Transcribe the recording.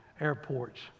airports